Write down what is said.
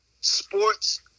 sports